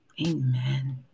Amen